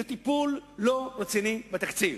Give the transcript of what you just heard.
זה טיפול לא רציני בתקציב.